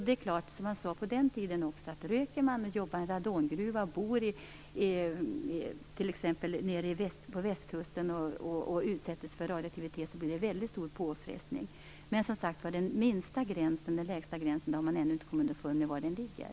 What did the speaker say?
Det är klart att om man röker, jobbar i en radongruva och t.ex. bor nere på Västkusten och utsätts för radioaktivitet blir det en väldigt stor påfrestning. Men man har ännu inte kommit underfund med var den lägsta gränsen ligger.